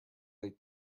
late